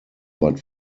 but